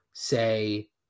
say